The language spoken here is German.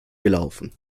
gelaufen